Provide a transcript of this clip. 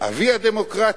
אם הדמוקרטיות.